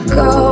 go